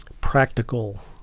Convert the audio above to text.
practical